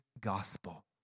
gospel